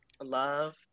Love